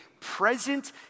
present